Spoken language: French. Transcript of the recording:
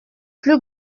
plus